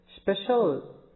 special